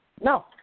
No